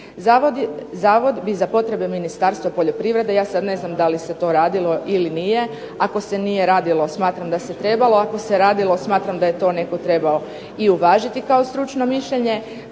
Zavod bi za potrebe Ministarstva poljoprivrede, ja sad ne znam da li se to radilo ili nije. Ako se nije radilo smatram da se trebalo, ako se radilo smatram da je to netko trebao i uvažiti kao stručno mišljenje.